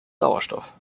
sauerstoff